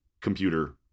computer